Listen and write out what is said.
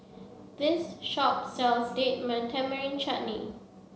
this shop sells Date Tamarind Chutney